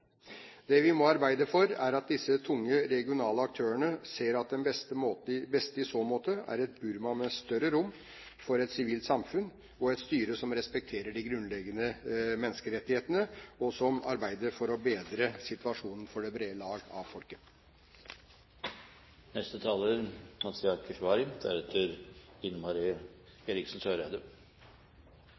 Det vi må arbeide for, er at disse tunge regionale aktørene ser at det beste i så måte er et Burma med større rom for et sivilt samfunn og et styre som respekterer de grunnleggende menneskerettighetene, og som arbeider for å bedre situasjonen for det brede lag av folket.